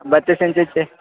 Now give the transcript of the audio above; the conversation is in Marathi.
बत्तीस इंचीचे